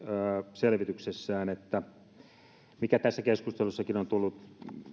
selvityksessään sen mikä tässä keskustelussakin on tullut